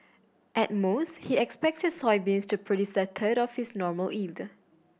at most he expects his soybeans to produce a third of their normal yield